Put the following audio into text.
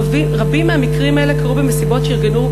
רבים מהמקרים האלה קרו במסיבות שארגנו,